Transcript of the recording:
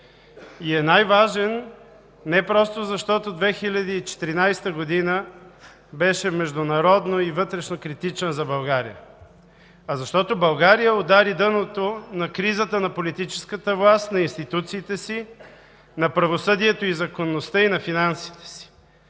И е най-важен не просто защото 2014 г. беше международно и вътрешно критична за България, а защото България удари дъното на кризата на политическата власт, на институциите си, на правосъдието и законността, и на финансите си.